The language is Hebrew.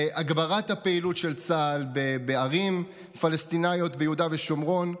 אנחנו עדים להגברת הפעילות של צה"ל בערים פלסטיניות ביהודה ושומרון.